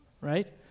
Right